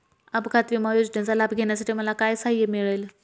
अपघात विमा योजनेचा लाभ घेण्यासाठी मला काय सहाय्य मिळेल?